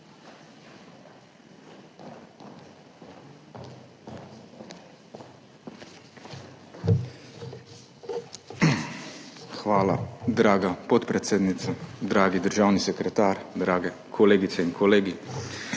Hvala. Draga podpredsednica, dragi državni sekretar, drage kolegice in kolegi